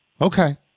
Okay